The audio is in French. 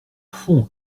fond